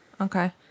Okay